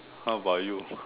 how about you